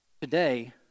Today